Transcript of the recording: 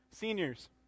seniors